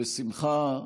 בשמחה,